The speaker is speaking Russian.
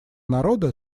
народа